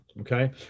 okay